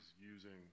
using